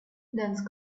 dense